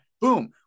Boom